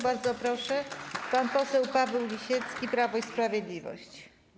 Bardzo proszę, pan poseł Paweł Lisiecki, Prawo i Sprawiedliwość.